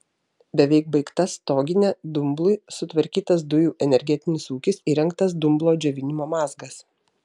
beveik baigta stoginė dumblui sutvarkytas dujų energetinis ūkis įrengtas dumblo džiovinimo mazgas